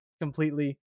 completely